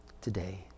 today